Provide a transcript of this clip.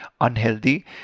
unhealthy